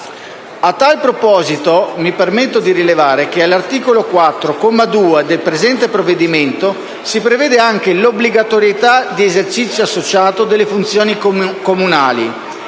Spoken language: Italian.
A tal proposito, mi permetto di rilevare che, all'articolo 4, comma 2, del presente provvedimento, si prevede anche l'obbligatorietà di esercizio associato delle funzioni comunali.